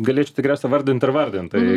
galėčiau tikriausia vardint ir vardint tai